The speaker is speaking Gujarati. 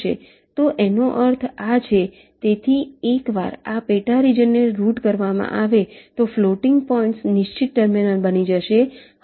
તો આનો અર્થ આ છે તેથી એકવાર આ પેટા રિજન ને રૂટ કરવામાં આવે તો ફ્લોટિંગ પોઇંટ્સ નિશ્ચિત ટર્મિનલ બની જશે